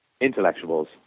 intellectuals